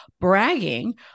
bragging